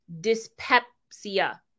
dyspepsia